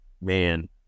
man